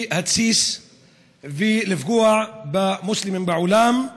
להתסיס ולפגוע במוסלמים בעולם.